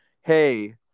hey